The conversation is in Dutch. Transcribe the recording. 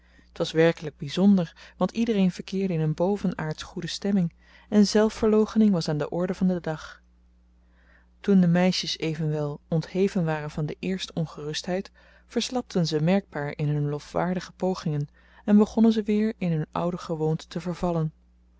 t was werkelijk bijzonder want iedereen verkeerde in een bovenaardsch goede stemming en zelfverloochening was aan de orde van den dag toen de meisjes evenwel ontheven waren van de eerste ongerustheid verslapten ze merkbaar in hun lofwaardige pogingen en begonnen ze weer in hun oude gewoonten te vervallen